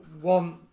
want